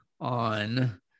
on